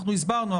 הסברנו.